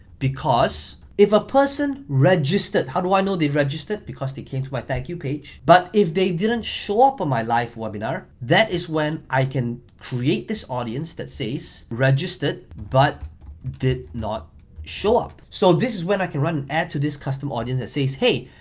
because if a person registered, how do i know they registered? because they came to my thank you page, but if they didn't show up on my live webinar, that is when i can create this audience that says, registered but did not show up. so this is when i can run an ad to this custom audience that says, hey,